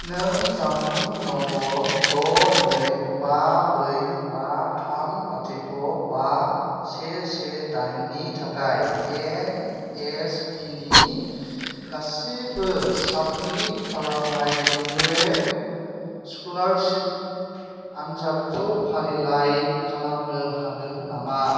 नों जाम्बुं नम्बर द' नै बा ब्रै बा थाम लाथिख' बा से से दाइन नि थाखाय एन एस पि नि गासिबो साबमिट खालामनाय रेनिउएल स्कुलारसिप आनजादखौ फारिलाइ खालामनो हागोन नामा